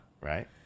right